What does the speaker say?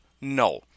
No